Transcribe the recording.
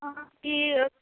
केह् ओ